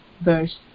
verse